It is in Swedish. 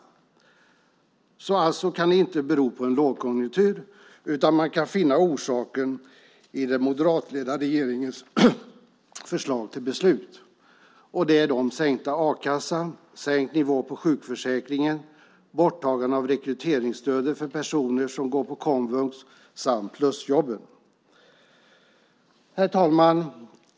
Det beror alltså inte på lågkonjunktur, utan orsaken står att finna i den moderatledda regeringens förslag och beslut om sänkt a-kassa, sänkt nivå i sjukförsäkringen och borttagande av rekryteringsstödet för personer som går på komvux samt plusjobb. Herr talman!